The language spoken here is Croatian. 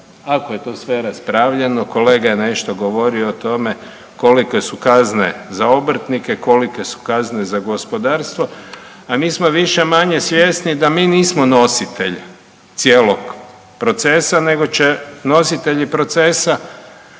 ako je to sve raspravljeno, kolega je nešto govorio o tome kolike su kazne za obrtnike, kolike su kazne za gospodarstvo, a mi smo više-manje svjesni da mi nismo nositelji cijelog procesa nego će nositelji procesa